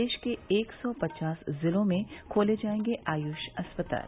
देश के एक सौ पचास जिलों में खोले जायेंगे आयुष अस्पताल